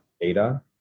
data